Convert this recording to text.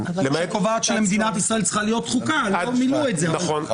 היא קובעת שלמדינת ישראל צריכה להיות חוקה ולא מילאו את זה נכון.